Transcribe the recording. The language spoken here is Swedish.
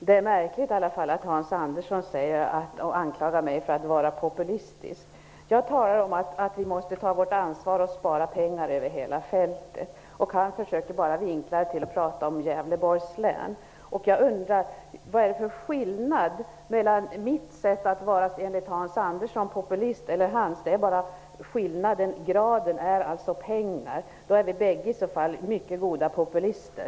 Fru talman! Det är märkligt att Hans Andersson anklagar mig för att vara populistisk. Jag talar om att vi måste ta vårt ansvar och spara pengar över hela fältet. Han försöker vinkla det och talar enbart om Gävleborgs län. Vad är det enligt Hans Andersson för skillnad mellan mitt sätt att vara populist och hans? Är skillnaden bara graden, dvs. pengar, är vi i så fall bägge lika goda populister.